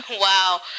Wow